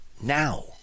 now